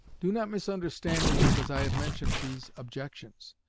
do not misunderstand me because i have mentioned these objections.